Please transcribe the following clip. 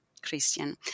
Christian